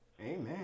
Amen